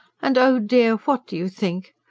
and, oh dear, what do you think?